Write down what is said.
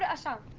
yeah shop